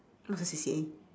what's your C_C_A